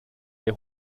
der